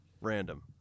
Random